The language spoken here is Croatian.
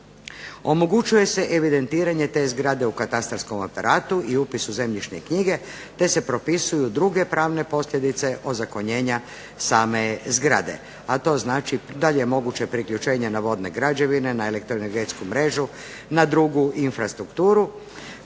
Omoguće se evidentiranje te zgrade u katastarskom aparatu i upisu u zemljišne knjige te se propisuju druge pravne posljedice ozakonjenja same zgrade. A to znači da li je moguće priključenje na vodne građevine na elektroenergetsku mrežu, na drugu infrastrukturu